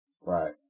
right